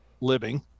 living